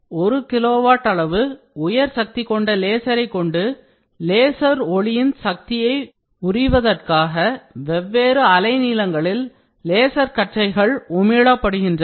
ஒரு கிலோவாட் அளவு உயர் சக்தி கொண்ட லேசர் கொண்டு லேசர் ஒளியின் சக்தியை உரிவதற்காக வெவ்வேறு அலை நீளங்களில் லேசர் கற்றைகள் உமிழப்படுகின்றன